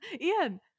Ian